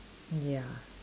mm ya